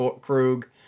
Krug